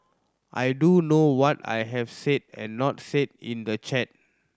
I do know what I have said and not said in the chat